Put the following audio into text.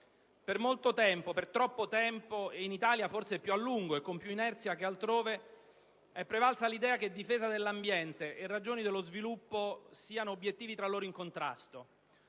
Per molto, per troppo tempo, e in Italia forse più a lungo e con più inerzia che altrove, è prevalsa l'idea che difesa dell'ambiente e ragioni dello sviluppo fossero istanze tra loro in contrasto,